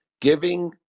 Giving